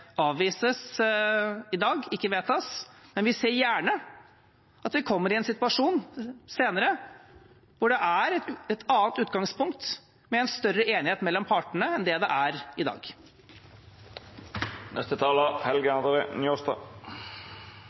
ikke vedtas – i dag, men vi ser gjerne at vi senere kommer i en situasjon hvor det er et annet utgangspunkt, med en større enighet mellom partene enn det er i